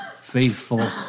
faithful